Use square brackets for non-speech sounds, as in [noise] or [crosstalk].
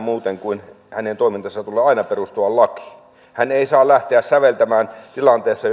[unintelligible] muuten hänen toimintansa tulee aina perustua lakiin hän ei saa lähteä säveltämään uudessa tilanteessa [unintelligible]